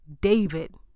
David